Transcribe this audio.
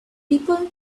people